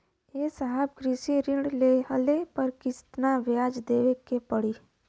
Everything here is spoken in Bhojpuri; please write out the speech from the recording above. ए साहब कृषि ऋण लेहले पर कितना ब्याज देवे पणी?